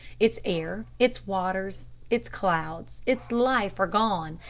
its air, its waters, its clouds, its life are gone,